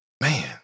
man